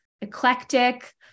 eclectic